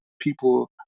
People